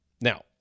Now